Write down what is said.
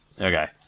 Okay